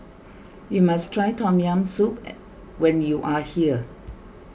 you must try Tom Yam Soup when you are here